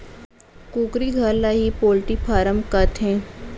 कुकरी घर ल ही पोल्टी फारम कथें